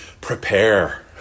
prepare